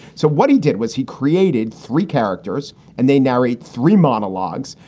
so what he did was he created three characters and they narrate three monologues,